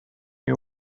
you